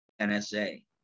NSA